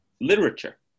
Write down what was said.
literature